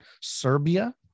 serbia